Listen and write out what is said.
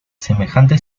semejante